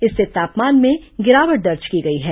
इससे तापमान में गिरावट दर्ज की गई है